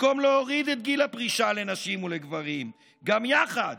במקום להוריד את גיל הפרישה לנשים ולגברים גם יחד